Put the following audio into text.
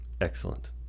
Excellent